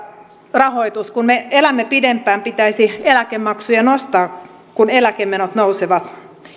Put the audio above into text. rahoitus kun me elämme pidempään pitäisi eläkemaksuja nostaa kun eläkemenot nousevat